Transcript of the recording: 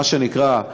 מה שנקרא,